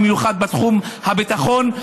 במיוחד בתחום הביטחון,